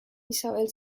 isabel